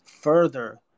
further